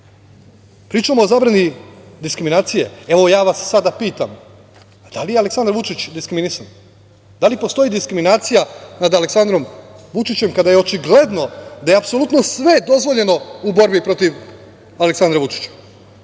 ide. Pričamo o zabrani diskriminacije. Evo, ja vas sada pitam – da li je Aleksandar Vučić diskriminisan? Da li postoji diskriminacija nad Aleksandrom Vučićem, kada je očigledno da je apsolutno sve dozvoljeno u borbi protiv Aleksandra Vučića?